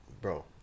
Bro